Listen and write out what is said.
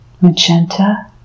Magenta